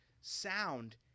sound